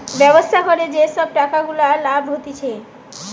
ব্যবসা করে যে সব টাকা গুলা লাভ হতিছে